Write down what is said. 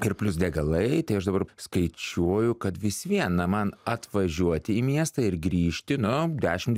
ir plius degalai tai aš dabar skaičiuoju kad vis vien na man atvažiuoti į miestą ir grįžti na dešim